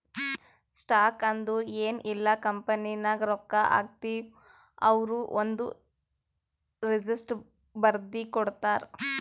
stock ಅಂದುರ್ ಎನ್ ಇಲ್ಲ ಕಂಪನಿನಾಗ್ ರೊಕ್ಕಾ ಹಾಕ್ತಿವ್ ಅವ್ರು ಒಂದ್ ರೆಸಿಪ್ಟ್ ಬರ್ದಿ ಕೊಡ್ತಾರ್